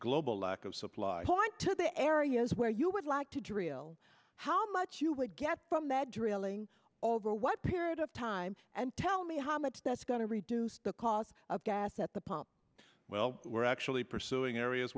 global lack of point to the areas where you would like to drill how much you would get from that drilling over what period of time and tell me how much that's going to reduce the cost of gas at the pump well we're actually pursuing areas